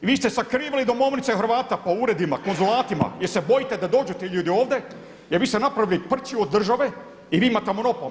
Vi ste sakrivali domovnice Hrvata po uredima, konzulatima jer se bojite da dođu ti ljudi ovdje, jer vi ste napravili prčiju od države i vi imate monopol.